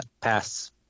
pass